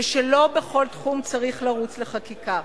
ושלא בכל תחום צריך לרוץ לחקיקה.